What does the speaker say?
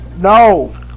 No